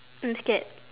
mm scared